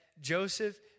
Joseph